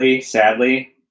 sadly